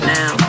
now